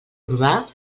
urbà